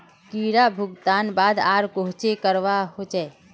कीड़ा भगवार बाद आर कोहचे करवा होचए?